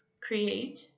Create